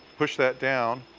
push that down,